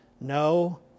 no